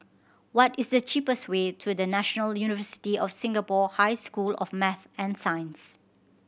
what is the cheapest way to The National University of Singapore High School of Math and Science